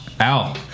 Ow